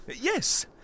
Yes